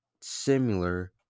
similar